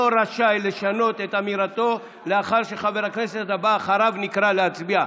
רשאי לשנות את אמירתו לאחר שחבר הכנסת הבא אחריו נקרא להצביע".